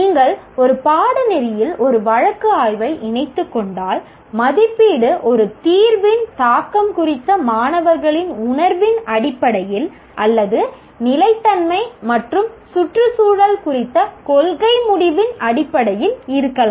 நீங்கள் ஒரு பாடநெறியில் ஒரு வழக்கு ஆய்வை இணைத்துக்கொண்டால் மதிப்பீடு ஒரு தீர்வின் தாக்கம் குறித்த மாணவர்களின் உணர்வின் அடிப்படையில் அல்லது நிலைத்தன்மை மற்றும் சுற்றுச்சூழல் குறித்த கொள்கை முடிவின் அடிப்படையில் இருக்கலாம்